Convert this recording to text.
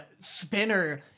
spinner